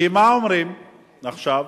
כי מה אומרים עכשיו?